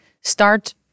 start